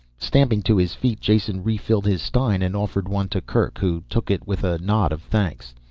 stamping to his feet jason refilled his stein and offered one to kerk who took it with a nod of thanks.